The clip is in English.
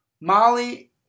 Molly